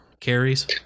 carries